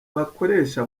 bakoresha